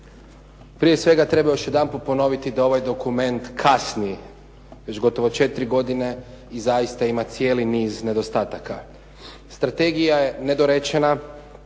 Prije svega, treba još jedanput ponoviti da ovaj dokument kasni već gotovo 4 godine i zaista ima cijeli niz nedostataka. Strategija je nedorečena,